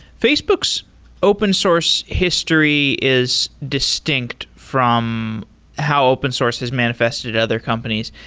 facebook's open source history is distinct from how open source has manifested other companies.